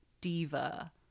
diva